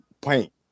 paint